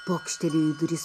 pokštelėjo į duris